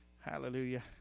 Hallelujah